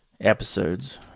episodes